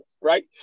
right